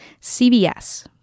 CBS